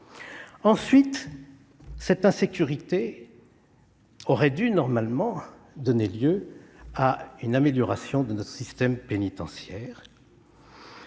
Ensuite, cette insécurité aurait normalement dû donner lieu à une amélioration de notre système pénitentiaire.